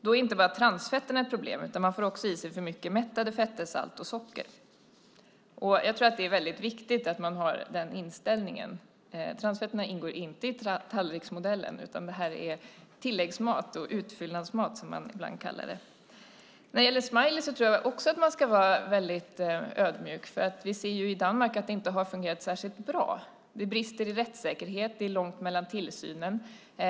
Då är det inte bara transfetterna som är problemet, utan man får också i sig för mycket mättade fetter, salt och socker. Jag tror att det är väldigt viktigt att man har den inställningen. Transfetterna ingår inte i tallriksmodellen. Det är tilläggsmat och utfyllnadsmat, som man ibland kallar det. När det gäller smiley tror jag också att man ska vara väldigt ödmjuk. Vi ser i Danmark att det inte fungerat särskilt bra. Det brister i rättssäkerhet. Det är långt mellan tillsynen.